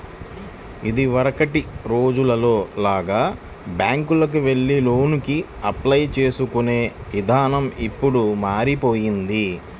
ఇదివరకటి రోజుల్లో లాగా బ్యేంకుకెళ్లి లోనుకి అప్లై చేసుకునే ఇదానం ఇప్పుడు మారిపొయ్యింది